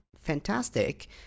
fantastic